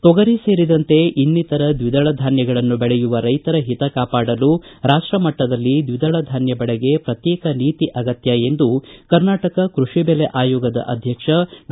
ತೊಗರಿ ಸೇರಿದಂತೆ ಇನ್ನಿತರ ದ್ವಿದಳ ಧಾನ್ಯಗಳನ್ನು ಬೆಳೆಯುವ ರೈತರ ಹಿತ ಕಾಪಾಡಲು ರಾಷ್ಟಮಟ್ಟದಲ್ಲಿ ದ್ವಿದಳ ಧಾನ್ಯ ಬೆಳೆಗೆ ಪ್ರತ್ಯೇಕ ನೀತಿ ಅಗತ್ಯ ಎಂದು ಕರ್ನಾಟಕ ಕೃಷಿ ಬೆಲೆ ಆಯೋಗದ ಅಧ್ಯಕ್ಷ ಡಾ